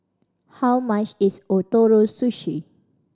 how much is Ootoro Sushi